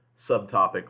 subtopic